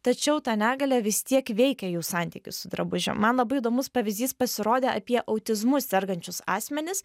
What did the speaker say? tačiau ta negalia vis tiek veikia jų santykį su drabužiu man labai įdomus pavyzdys pasirodė apie autizmu sergančius asmenis